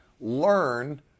learn